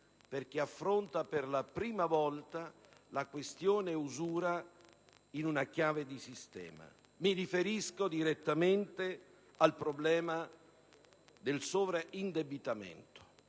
quanto affronta per la prima volta la questione dell'usura in una chiave di sistema. Mi riferisco direttamente al problema del sovraindebitamento